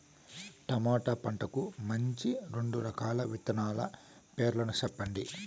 tomato పంటకు మంచి రెండు రకాల విత్తనాల పేర్లు సెప్పండి